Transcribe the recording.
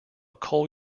coal